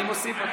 אני מוסיף.